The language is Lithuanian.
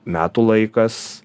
metų laikas